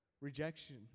rejection